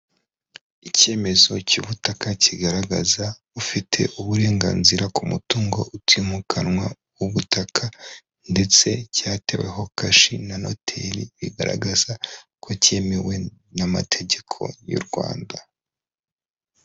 Icyemezo cy'ubutaka kigaragaza ufite uburenganzira ku mutungo utimukanwa w'ubutaka, ndetse cyateweho kashi na noteri bigaragaza ko cyemewe n'amategeko y'u Rwanda.